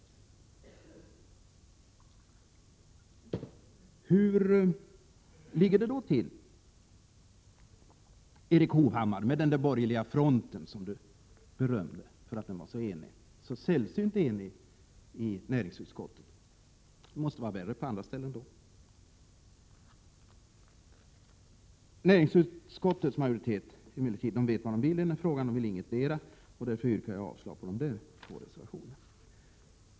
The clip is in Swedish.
Hur är det då med den borgerliga front som Erik Hovhammar påstod var så sällsynt enig i näringsutskottet? Det måste vara värre på andra ställen då! Näringsutskottets majoritet vet emellertid vad den vill i den här frågan — den vill varken ha mer eller mindre styrning. Därför yrkar jag avslag på de båda reservationerna.